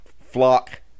flock